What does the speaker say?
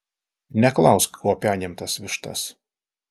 neklausk kuo penim tas vištas